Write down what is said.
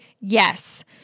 yes